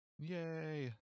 Yay